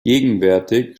gegenwärtig